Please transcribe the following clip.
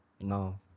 No